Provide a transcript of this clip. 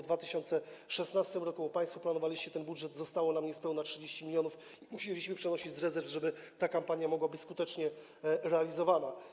2016 r., bo państwo planowaliście ten budżet, zostało nam niespełna 30 mln i musieliśmy przenosić z rezerw, żeby ta kampania mogła być skutecznie realizowana.